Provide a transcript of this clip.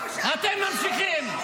אתם ממשיכים.